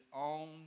own